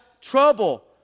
trouble